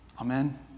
Amen